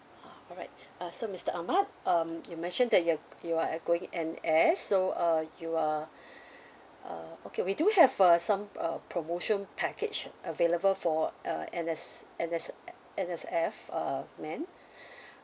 ah alright uh so mister ahmad um you mentioned that you're you are going N_S so uh you are uh okay we do have uh some uh promotion package available for uh N_S N_S N_S_F uh man